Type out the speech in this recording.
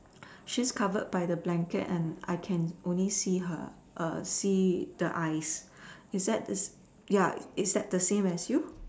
she's covered by the blanket and I can only see her see the eyes is that ya is that the same as you